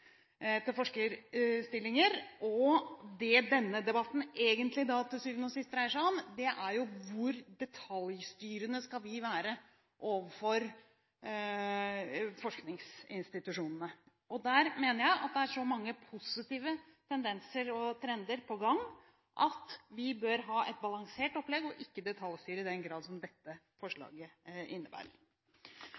til forskerstillinger. Det denne debatten til syvende og sist egentlig dreier seg om, er hvor detaljstyrende vi skal være overfor forskningsinstitusjonene. Der mener jeg at det er så mange positive tendenser og trender på gang at vi bør ha et balansert opplegg, og ikke detaljstyre i den grad som dette